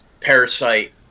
parasite